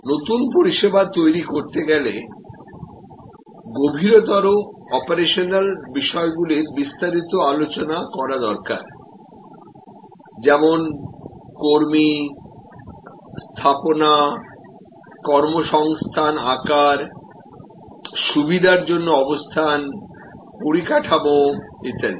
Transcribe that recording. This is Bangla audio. নতুন পরিষেবা তৈরি করতে হলে গভীরতর অপারেশনাল বিষয়গুলির বিস্তারিত আলোচনা করা দরকার যেমন কর্মী স্থাপনা কর্মসংস্থান আকার সুবিধার জন্য অবস্থান পারিকাঠামো ইত্যাদি